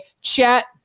Chat